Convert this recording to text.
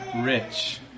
rich